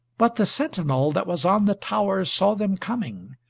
but the sentinel that was on the tower saw them coming,